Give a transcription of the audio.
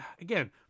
again